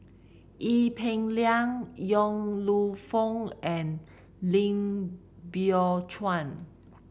Ee Peng Liang Yong Lew Foong and Lim Biow Chuan